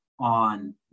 On